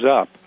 up